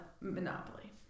Monopoly